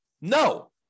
No